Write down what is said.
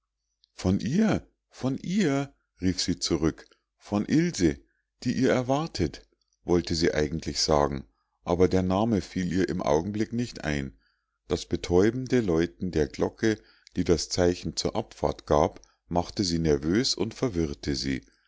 von ihr von ihr rief sie zurück von ilse die ihr erwartet wollte sie eigentlich sagen aber der name fiel ihr im augenblick nicht ein das betäubende läuten der glocke die das zeichen zur abfahrt gab machte sie nervös und verwirrte sie